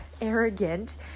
arrogant